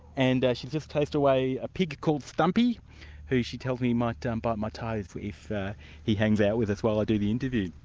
and she's just chased away a pig called stumpy who she tells me, might um bite my toes if he hangs out with us while i do the interview.